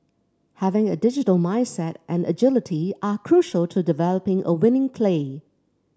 having a digital mindset and agility are crucial to developing a winning play